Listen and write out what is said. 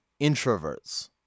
introverts